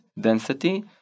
density